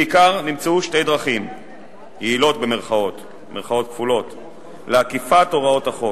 בעיקר נמצאו שתי דרכים "יעילות" לעקיפת הוראות החוק: